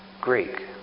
Greek